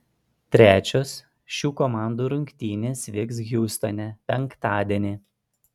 trečiosios šių komandų rungtynės vyks hjustone penktadienį